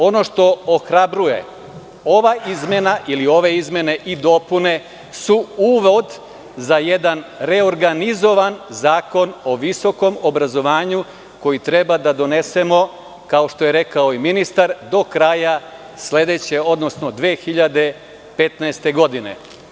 Ono što ohrabruje ova izmena, ili ove izmene i dopune su uvod za jedan reorganizovan Zakon o visokom obrazovanju koji treba da donesemo, kao što je rekao i ministar, do kraja sledeće, odnosno 2015. godine.